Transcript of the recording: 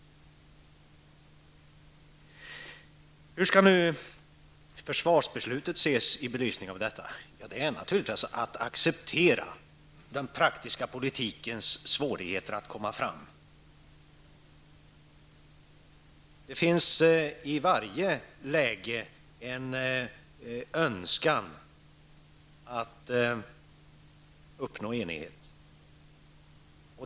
Hur skall nu försvarsbeslutet ses i belysningen av detta? Det är givetvis att acceptera den praktiska politikens svårigheter. Det finns i varje läge en önskan att uppnå enighet.